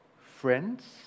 friends